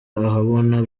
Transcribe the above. ahabona